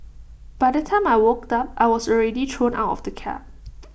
by the time I woke up I was already thrown out of the cab